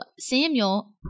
Samuel